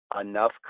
enough